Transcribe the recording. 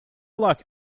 like